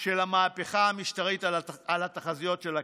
של המהפכה המשטרית על התחזיות של הכנסת.